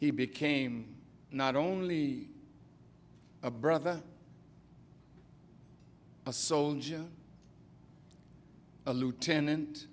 he became not only a brother a soldier a lieutenant